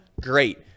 great